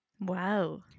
Wow